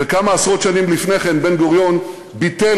וכמה עשרות שנים לפני כן בן-גוריון ביטל